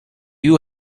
you